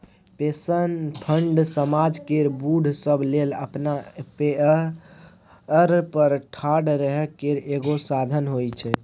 pension fund समाज केर बूढ़ सब लेल अपना पएर पर ठाढ़ रहइ केर एगो साधन होइ छै